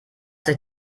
dich